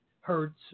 hertz